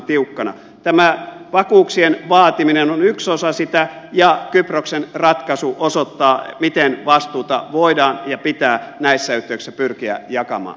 tämä vakuuksien vaatiminen on yksi osa sitä ja kyproksen ratkaisu osoittaa miten vastuuta voidaan ja pitää näissä yhteyksissä pyrkiä jakamaan